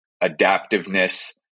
adaptiveness